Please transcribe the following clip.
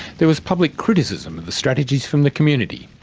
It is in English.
there was public criticism of the strategies from the community,